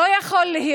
לא יכול להיות